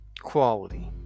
Quality